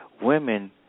women